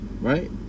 Right